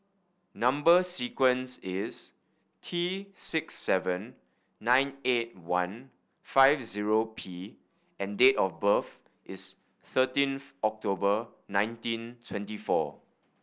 number sequence is T six seven nine eight one five zero P and date of birth is thirteenth October nineteen twenty four